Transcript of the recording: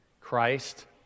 Christ